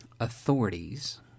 authorities